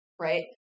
Right